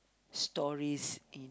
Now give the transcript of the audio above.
stories in